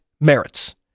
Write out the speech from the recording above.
merits